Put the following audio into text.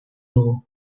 dugu